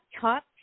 top